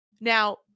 now